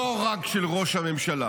לא רק של ראש הממשלה.